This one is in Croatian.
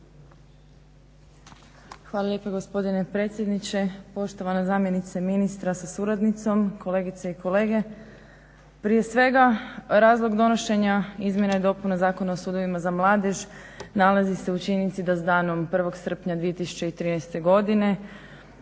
Hvala lijepa gospodine predsjedniče. Poštovana zamjenice ministra sa suradnicom, kolegice i kolege. Prije svega, razlog donošenja izmjena i dopuna Zakona o sudovima za mladež nalazi se u činjenici da s danom 1.srpnja 2013.godine